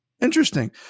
interesting